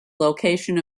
location